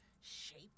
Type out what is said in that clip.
shape